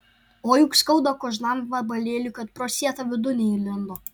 o juk skauda kožnam vabalėliui kad pro sietą vidun neįlindo